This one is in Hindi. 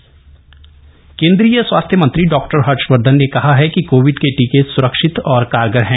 स्वास्थ्य मंत्री केन्द्रीय स्वास्थ्य मंत्री डॉ हर्षवर्धन ने कहा है कि कोविड के टीके सुरक्षित और कारगर हैं